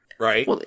Right